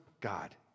God